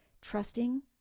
trusting